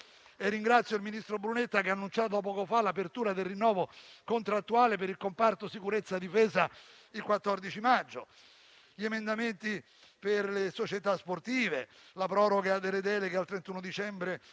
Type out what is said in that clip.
ringrazio il ministro Brunetta che ha annunciato poco fa l'apertura del rinnovo contrattuale per il comparto sicurezza-difesa il 14 maggio. Ancora, abbiamo presentato emendamenti per le società sportive, per la proroga delle deleghe al 31 dicembre